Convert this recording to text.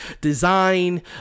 design